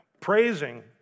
praising